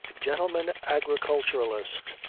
gentleman agriculturist,